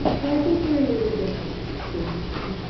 so i think we're in really good hands with team japan.